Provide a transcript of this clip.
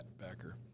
backer